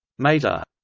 mater.